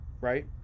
right